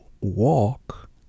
walk